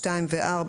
(2) ו-(4),